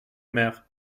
mer